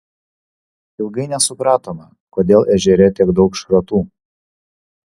ilgai nesupratome kodėl ežere tiek daug šratų